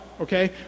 okay